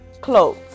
clothes